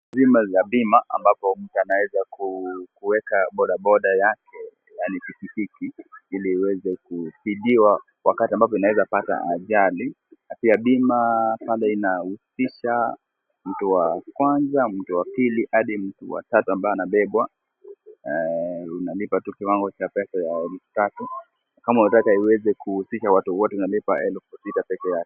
Dhima za bima ambapo mtu anaweza kuweka boda boda yake yaani pikipiki. Ili iweze kutibiwa wakati ambapo inaweza pata ajali, na pia bima pale inahusisha mtu wa kwanza, mtu wa pili hadi wa tatu ambaye anabebwa. Unalipa tu kiwango cha pesa ya elfu tatu. Kama unataka iweze kuhusika watu wote unalipa elfu sita peke yake.